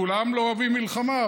כולם לא אוהבים מלחמה,